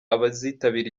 abazitabira